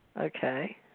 okay